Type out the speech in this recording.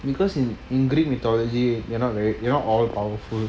because in in greek mythology you are not very you are not all powerful